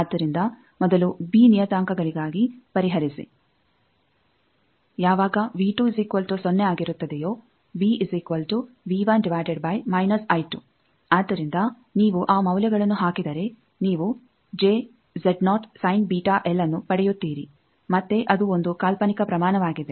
ಆದ್ದರಿಂದ ಮೊದಲು ಬಿ ನಿಯತಾಂಕಗಳಿಗಾಗಿ ಪರಿಹರಿಸಿ ಆದ್ದರಿಂದ ನೀವು ಆ ಮೌಲ್ಯಗಳನ್ನು ಹಾಕಿದರೆ ನೀವು ಅನ್ನು ಪಡೆಯುತ್ತೀರಿ ಮತ್ತೆ ಅದು ಒಂದು ಕಾಲ್ಪನಿಕ ಪ್ರಮಾಣವಾಗಿದೆ